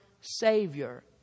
Savior